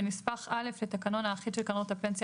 בנספח א' לתקנון האחיד של קרנות הפנסיה